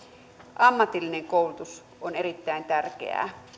ammatillinen koulutus on erittäin tärkeää